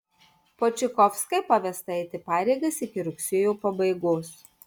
počikovskai pavesta eiti pareigas iki rugsėjo pabaigos